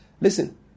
Listen